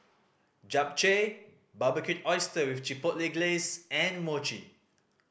Japchae Barbecued Oyster with Chipotle Glaze and Mochi